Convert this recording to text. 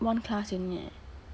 one class only eh